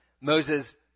Moses